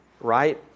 right